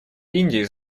индии